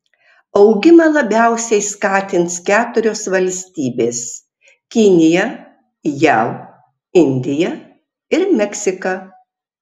augimą labiausiai skatins keturios valstybės kinija jav indija ir meksika